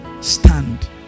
stand